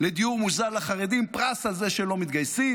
לדיור מוזל לחרדים, פרס על זה שהם לא מתגייסים,